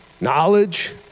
knowledge